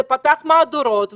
זה פתח מהדורות,